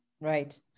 Right